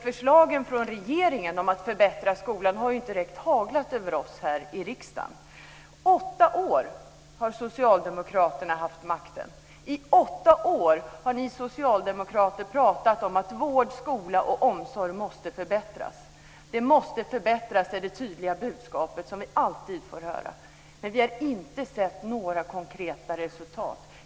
Förslagen från regeringen om att förbättra skolan har inte direkt haglat över oss här i riksdagen. I åtta år har Socialdemokraterna haft makten. I åtta år har ni socialdemokrater pratat om att vård, skola och omsorg måste förbättras. Det måste förbättras är det tydliga budskap som vi alltid får höra, men vi har inte sett några konkreta resultat.